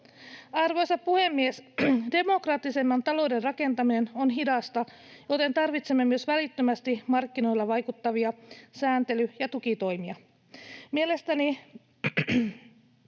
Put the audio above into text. Arvoisa puhemies! Demokraattisemman talouden rakentaminen on hidasta, joten tarvitsemme myös välittömästi markkinoilla vaikuttavia sääntely- ja tukitoimia.